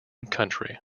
country